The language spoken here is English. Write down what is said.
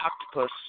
octopus